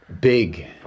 Big